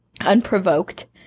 unprovoked